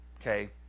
okay